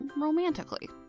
romantically